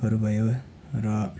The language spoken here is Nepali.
हरू भयो र